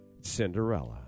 Cinderella